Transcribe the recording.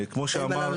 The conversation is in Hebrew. תשמע.